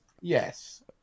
Yes